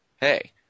hey